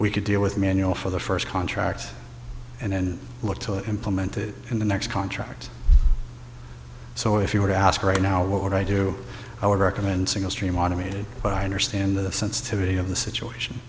we could deal with manual for the first contract and then look to it implemented in the next contract so if you were to ask right now what would i do i would recommend single stream automated but i understand the sensitivity of the situation